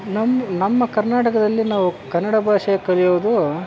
ನಮ್ಮ ನಮ್ಮ ಕರ್ನಾಟಕದಲ್ಲಿ ನಾವು ಕನ್ನಡ ಭಾಷೆ ಕಲಿಯೋದು